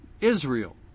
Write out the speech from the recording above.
Israel